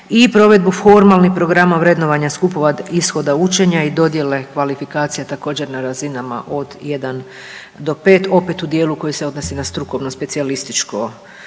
i provedbu formalnih programa vrednovanja skupova ishoda učenja i dodjele kvalifikacije također na razinama od 1 do 5 opet u dijelu koji se odnosi na strukovno specijalističko